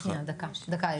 דקה.